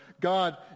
God